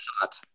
hot